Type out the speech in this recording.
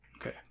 okay